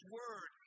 word